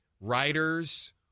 writers